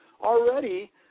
already